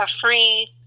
free